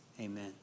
Amen